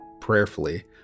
prayerfully